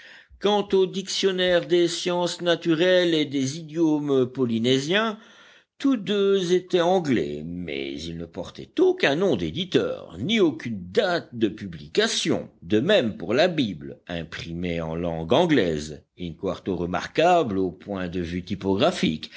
quant aux dictionnaires des sciences naturelles et des idiomes polynésiens tous deux étaient anglais mais ils ne portaient aucun nom d'éditeur ni aucune date de publication de même pour la bible imprimée en langue anglaise in-quarto remarquable au point de vue typographique